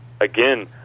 again